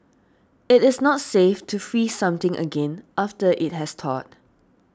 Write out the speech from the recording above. it is not safe to freeze something again after it has thawed